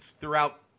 throughout –